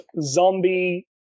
zombie